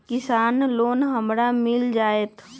किसान लोन हमरा मिल जायत?